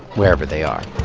wherever they are